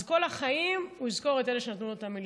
אז כל החיים הוא יזכור את אלה שנתנו לו את המלגה,